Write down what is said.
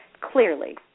Clearly